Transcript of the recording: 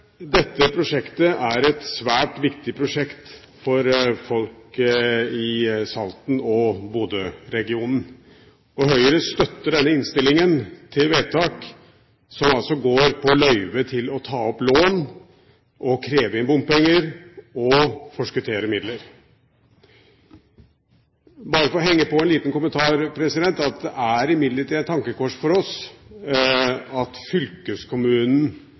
Dette prosjektet er svært viktig for folk i Salten og Bodøregionen. Høyre støtter denne innstillingen til vedtak, som altså går på løyve til å ta opp lån, kreve inn bompenger og forskuttere midler. Bare for å henge på en liten kommentar: Det er imidlertid et tankekors for oss at fylkeskommunen